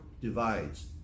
divides